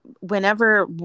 whenever